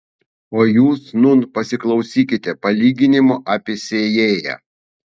o jūs nūn pasiklausykite palyginimo apie sėjėją